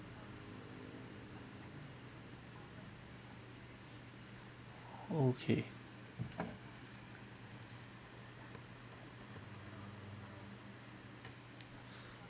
okay